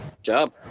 job